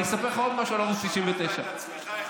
אני אספר לך עוד משהו על ערוץ 99. לא שמעת את עצמך,